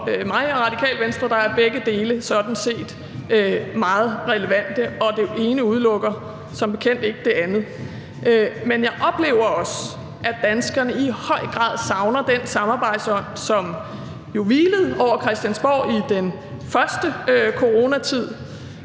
mig og Radikale Venstre er begge dele sådan set meget relevante, og det ene udelukker som bekendt ikke det andet. Men jeg oplever også, at danskerne i høj grad savner den samarbejdsånd, som jo hvilede over Christiansborg i den første coronatid,